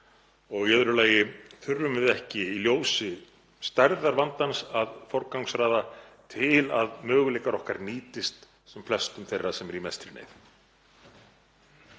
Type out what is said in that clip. lagi: Þurfum við ekki í ljósi stærðar vandans að forgangsraða til að möguleikar okkar nýtist sem flestum þeirra sem eru í mestri neyð?